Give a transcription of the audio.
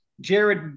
Jared